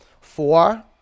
Four